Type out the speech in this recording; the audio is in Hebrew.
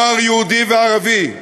נוער יהודי וערבי,